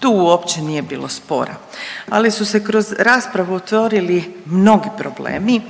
tu uopće nije bilo spora. Ali su se kroz raspravu otvorili mnogi problemi,